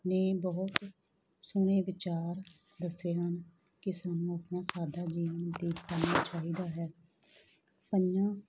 ਨੇ ਬਹੁਤ ਸੋਹਣੇ ਵਿਚਾਰ ਦੱਸੇ ਹਨ ਕਿ ਸਾਨੂੰ ਆਪਣਾ ਸਾਦਾ ਜੀਵਨ ਬਤੀਤ ਕਰਨਾ ਚਾਹੀਦਾ ਹੈ ਪੰਜਾਂ